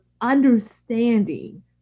understanding